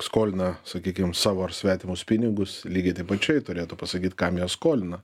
skolina sakykim savo ar svetimus pinigus lygiai taip pačiai turėtų pasakyt kam jie skolina